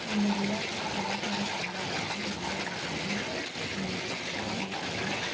நம்ம விழாக்கள் கலாச்சாரம் பண்பாடுகளில் எந்த ஒரு மாற்றமும் நம்ம இது வரைக்கும் பண்ணிக்கிட்டதில்லை